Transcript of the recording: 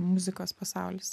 muzikos pasaulis